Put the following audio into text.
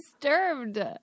disturbed